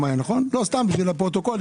אני אתן לערן סקופ.